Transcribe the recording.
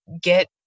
get